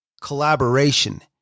collaboration